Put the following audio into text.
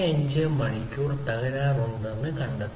75 മണിക്കൂർ തകരാറുണ്ടെന്ന് കണ്ടെത്തി